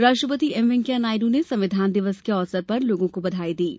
उपराष्ट्रपति एम वेंकैया नायडू ने संविधान दिवस के अवसर पर लोगों को बधाई दी है